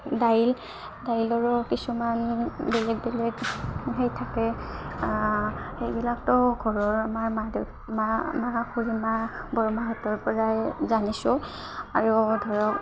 দাইল দাইলৰো কিছুমান বেলেগ বেলেগ সেই থাকে সেইবিলাকেও ঘৰৰ আমাৰ মা দেউ মা মা খুুৰী মা বৰমাহঁতৰ পৰাই জানিছোঁ আৰু ধৰক